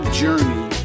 journey